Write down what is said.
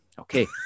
Okay